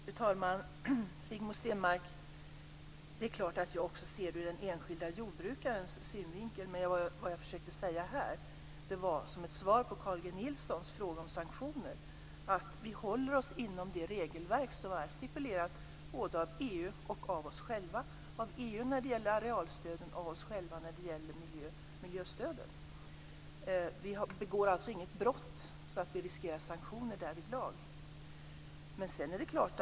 Fru talman! Det är klart att också jag, Rigmor Stenmark, ser på detta ur den enskilde jordbrukarens synvinkel. Men jag försökte här svara på Carl G Nilssons fråga om sanktioner, nämligen att vi håller oss inom det regelverk som är stipulerat både av EU och av oss själva - av EU när det gäller arealstöden och av oss själva när det gäller miljöstöden. Vi begår inget brott så att vi riskerar sanktioner därvidlag.